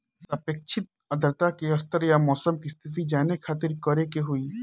सापेक्षिक आद्रता के स्तर या मौसम के स्थिति जाने खातिर करे के होई?